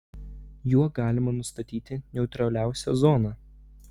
juo galima nustatyti neutraliausią zoną